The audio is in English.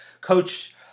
coach